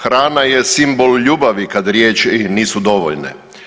Hrana je simbol ljubavi kad riječi nisu dovoljne.